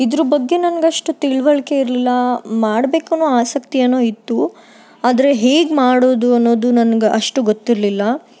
ಇದ್ರ ಬಗ್ಗೆ ನಂಗೆ ಅಷ್ಟು ತಿಳಿವಳ್ಕೆ ಇರಲಿಲ್ಲ ಮಾಡಬೇಕನ್ನೊ ಆಸಕ್ತಿ ಏನೋ ಇತ್ತು ಆದರೆ ಹೇಗೆ ಮಾಡೋದು ಅನ್ನೋದು ನನ್ಗೆ ಅಷ್ಟು ಗೊತ್ತಿರಲಿಲ್ಲ